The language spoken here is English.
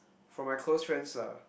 for my close friends lah